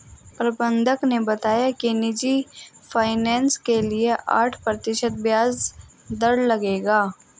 प्रबंधक ने बताया कि निजी फ़ाइनेंस के लिए आठ प्रतिशत ब्याज दर लगेगा